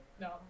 No